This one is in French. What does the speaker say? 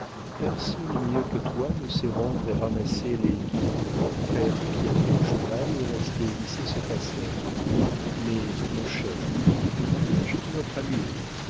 personne mieux que toi ne sait rendre et ramasser les guides faire piaffer un cheval et rester vissé sur ta selle mais mon cher le mariage est une autre allure